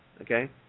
okay